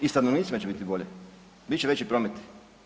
I stanovnicima će biti bolje, bit će veći promet.